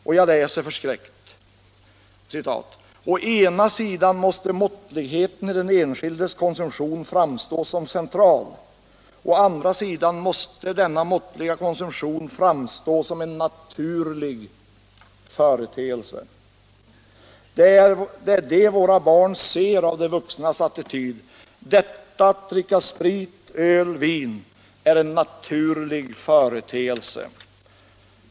Och jag läser förskräckt: ”Å ena sidan måste måttligheten i den enskildes konsumtion framstå som central. Å andra sidan måste denna måttliga konsumtion framstå som en naturlig företeelse.” Det är det våra barn ser av de vuxnas attityd: detta att dricka sprit, öl, vin är en naturlig företeelse.